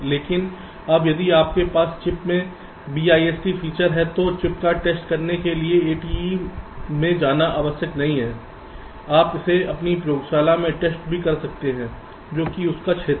लेकिन अब यदि आपके पास चिप में BIST फीचर है तो चिप का टेस्ट करने के लिए ATE में जाना आवश्यक नहीं है आप इसे अपनी प्रयोगशाला में टेस्ट भी कर सकते हैं जो कि आपका क्षेत्र है